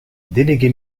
délégué